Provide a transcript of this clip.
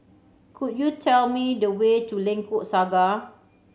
could you tell me the way to Lengkok Saga